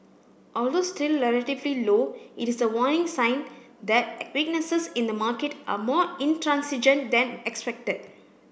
although still relatively low it is a warning sign that weaknesses in the market are more intransigent than expected